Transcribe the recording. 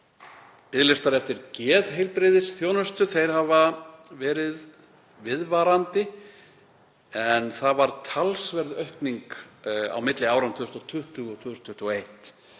Biðlistar eftir geðheilbrigðisþjónustu hafa verið viðvarandi en þar varð talsverð aukning á milli áranna 2020 og 2021.